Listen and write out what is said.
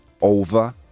over